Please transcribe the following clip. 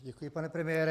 Děkuji, pane premiére.